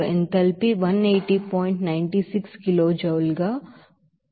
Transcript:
96 kilo joule అవుతుంది